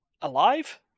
alive